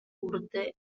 urte